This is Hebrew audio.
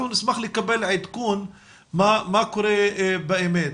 אנחנו נשמח לקבל עדכון מה קורה באמת,